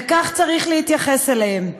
וכך צריך להתייחס אליהם.